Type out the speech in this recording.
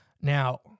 Now